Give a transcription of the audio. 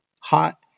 hot